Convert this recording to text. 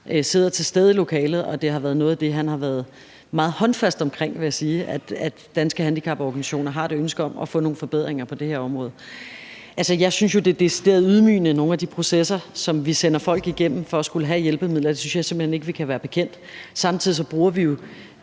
sidder i lokalet, og det er noget af det, han har været meget håndfast omkring, vil jeg sige, altså at Danske Handicaporganisationer har et ønske om at få nogle forbedringer på det her område. Jeg synes jo, at det er decideret ydmygende med nogle af de processer, som vi sender folk igennem for at skulle få hjælpemidler. Det synes jeg simpelt hen ikke at vi kan være bekendt. Samtidig bruger vi jo